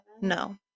No